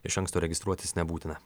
iš anksto registruotis nebūtina